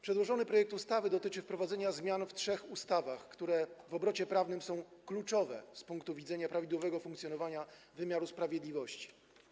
Przedłożony projekt ustawy dotyczy wprowadzenia zmian w trzech ustawach, które w obrocie prawnym są kluczowe z punktu widzenia prawidłowego funkcjonowania wymiaru sprawiedliwości.